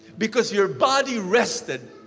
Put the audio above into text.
because your body rested,